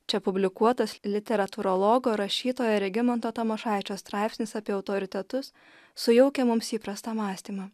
čia publikuotas literatūrologo rašytojo regimanto tamošaičio straipsnis apie autoritetus sujaukia mums įprastą mąstymą